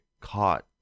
caught